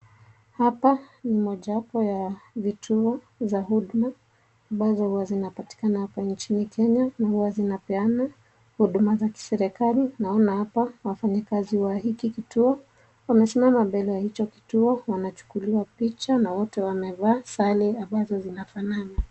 Hapa ni mojawapo ya vituo za huduma ambazo huwa zinapatikana hapa nchini Kenya na huwa zinapeana huduma za kiserikali, naona hapa wafanyikazi wa hiki kituo wamesimama mbele ya hicho kituo wanachukuliwa picha na wote wamevaa sare ambazo zinafanana.